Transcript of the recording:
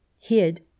hid